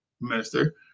minister